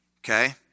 Okay